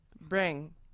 bring